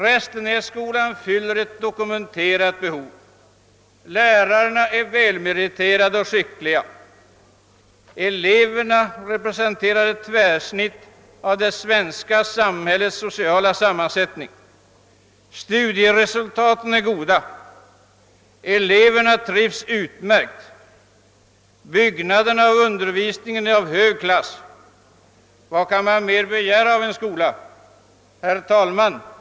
Restenässkolan fyller ett dokumenterat behov, lärarna är välmeriterade och skickliga, eleverna representerar ett tvärsnitt av. det svenska samhället med hänsyn till social sammansättning, studieresultaten är goda, eleverna trivs utmärkt, byggnaderna och 'undervisningen är av hög klass. Vad kan man mer begära av en skola? Herr talman!